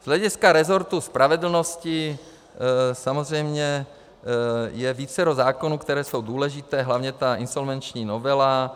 Z hlediska rezortu spravedlnosti je samozřejmě vícero zákonů, které jsou důležité, hlavně insolvenční novela.